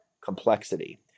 complexity